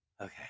okay